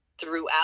throughout